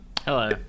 Hello